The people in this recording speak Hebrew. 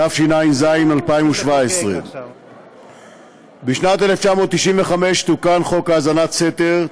התשע"ז 2017. בשנת 1995 תוקן חוק האזנת סתר,